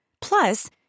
Plus